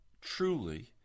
truly